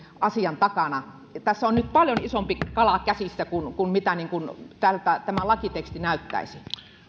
asian takana tässä on nyt paljon isompi kala käsissä kuin miltä tässä lakitekstissä näyttäisi